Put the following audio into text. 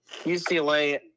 UCLA